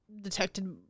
detected